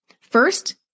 First